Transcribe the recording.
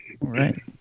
Right